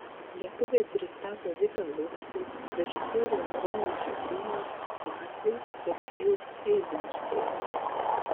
lietuviai pristato vitą luckų režisierių arūną žebriūną latviai sergejų eizenšteiną